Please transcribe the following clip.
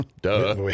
duh